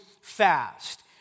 fast